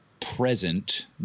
present